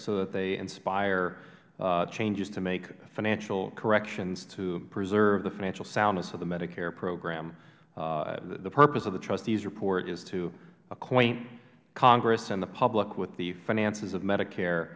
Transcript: so that they inspire changes to make financial corrections to preserve the financial soundness of the medicare program the purpose of the trustees report is to acquaint congress and the public with the finances of medicare